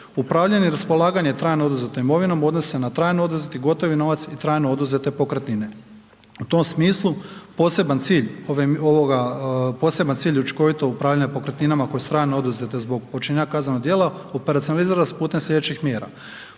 Upravljanje i raspolaganje trajno oduzetom imovinom odnosi se na trajno oduzeti gotovi novac i trajno oduzete pokretnine. U tom smislu, poseban cilj učinkovitog upravljanja pokretnina koje su trajno oduzete zbog počinjenja kaznenog djela, operacionalizira se putem sljedećih mjera.